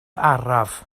araf